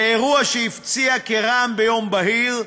אירוע שהפציע כרעם ביום בהיר,